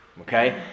Okay